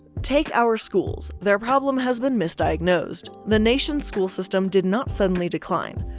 take our schools, their problem has been misdiagnosed. the nation's school system did not suddenly decline.